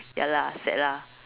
ya lah sad lah